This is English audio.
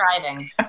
Driving